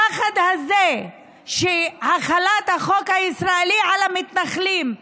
הפחד הזה מהחלת החוק הישראלי על המתנחלים,